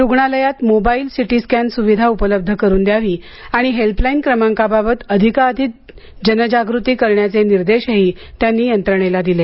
रुग्णालयात mobile CT scan सुविधा उपलब्ध करून द्यावी आणि हेल्पलाईन क्रमांकाबाबत अधिकाधिक जनजागृती करण्याचे निर्देशही त्यांनी यंत्रणेला दिले